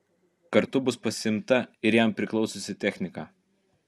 kartu bus pasiimta ir jam priklausiusi technika